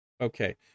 Okay